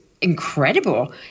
incredible